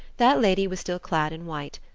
that lady was still clad in white,